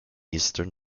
eastern